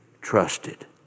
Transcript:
trusted